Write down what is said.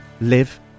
live